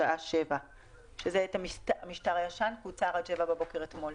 בשעה 7:00". זה קוצר אתמול עד 07:00 אתמול.